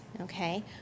okay